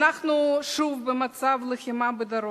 אנחנו שוב במצב לחימה בדרום,